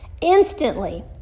instantly